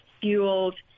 fueled